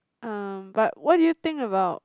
um but what do you think about